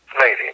lady